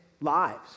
lives